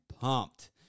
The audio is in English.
pumped